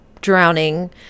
drowning